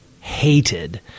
hated